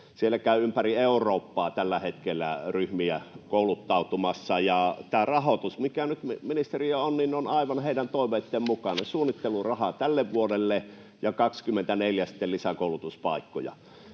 siellä käy ympäri Eurooppaa tällä hetkellä ryhmiä kouluttautumassa. Ja tämä rahoitus, minkä nyt ministeriö on osoittanut, on aivan heidän toiveittensa mukainen: suunnittelurahaa tälle vuodelle ja sitten lisäkoulutuspaikkoja